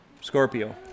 Scorpio